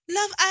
Love